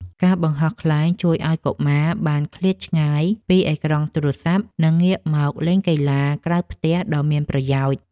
ការបង្ហោះខ្លែងជួយឱ្យកុមារបានឃ្លាតឆ្ងាយពីអេក្រង់ទូរស័ព្ទ និងងាកមកលេងកីឡាក្រៅផ្ទះដ៏មានប្រយោជន៍។